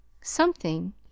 Something